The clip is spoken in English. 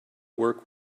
work